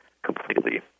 completely